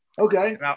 Okay